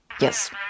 yes